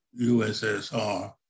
USSR